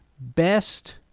Best